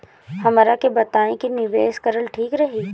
हमरा के बताई की निवेश करल ठीक रही?